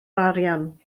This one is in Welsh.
arian